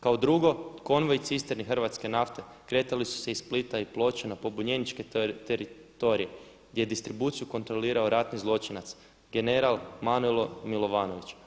Kao drugo, konvoj cisterni hrvatske nafte kretali su se iz Splita i Ploča na pobunjeničke teritorije gdje je distribuciju kontrolirao ratni zločinac general Manilo Milovanović.